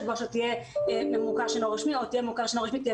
ועכשיו תהיה במוכר שאינו רשמי או תהיה מוסד פטור.